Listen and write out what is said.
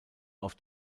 auf